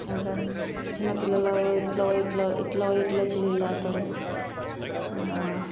ఇంకా చిన్నపిల్లలు ఇట్ల పోయి ఇట్ల ఇట్ల పోయి ఇట్ల వచ్చి నీళ్ళు తాగుతారు